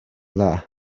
dda